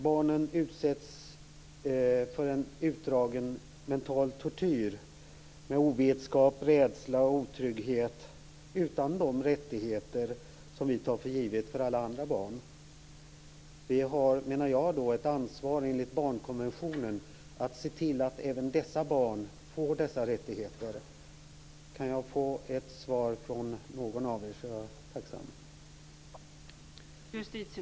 Barnen utsätts för en utdragen mental tortyr, med ovetskap, rädsla och otrygghet, utan de rättigheter som vi tar för givet för alla andra barn. Vi har, menar jag, ett ansvar enligt barnkonventionen att se till att även dessa barn får dessa rättigheter. Kan jag få ett svar från någon av er så är jag tacksam.